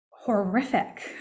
horrific